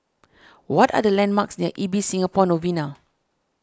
what are the landmarks near Ibis Singapore Novena